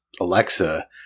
Alexa